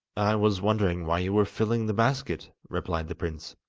i was wondering why you were filling the basket replied the prince.